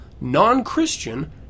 non-Christian